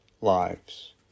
lives